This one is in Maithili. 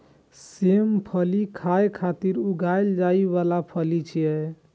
सेम फली खाय खातिर उगाएल जाइ बला फली छियै